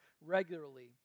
regularly